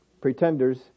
pretenders